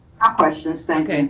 questions, thank ah